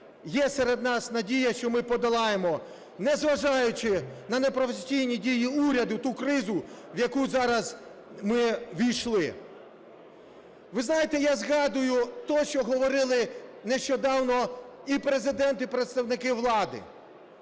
є серед нас надія, що ми подолаємо, незважаючи на непрофесійні дії уряду і ту кризу, в яку зараз ми ввійшли. Ви знаєте, я згадую те, що говорили нещодавно і Президент, і представники влади: